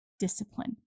Discipline